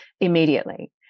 immediately